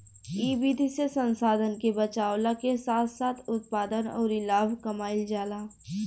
इ विधि से संसाधन के बचावला के साथ साथ उत्पादन अउरी लाभ कमाईल जाला